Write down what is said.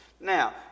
Now